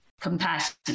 compassion